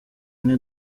ine